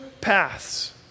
paths